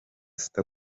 sita